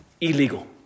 Illegal